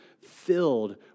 filled